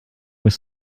with